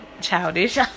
childish